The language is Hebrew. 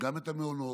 גם את המעונות.